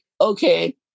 okay